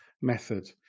method